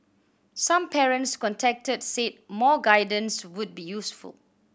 some parents contacted said more guidance would be useful